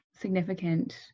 significant